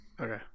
Okay